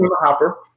hopper